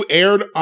aired